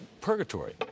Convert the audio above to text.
purgatory